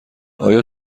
آیا